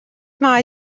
mae